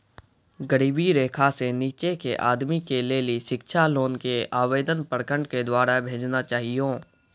गरीबी रेखा से नीचे के आदमी के लेली शिक्षा लोन के आवेदन प्रखंड के द्वारा भेजना चाहियौ?